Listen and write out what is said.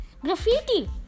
graffiti